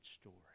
story